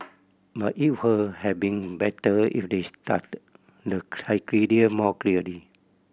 but it would have been better if they stated the more clearly